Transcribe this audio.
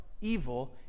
evil